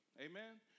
Amen